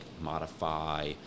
modify